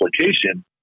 application